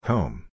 Home